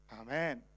Amen